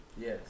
Yes